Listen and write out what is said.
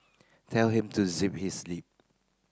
tell him to zip his lip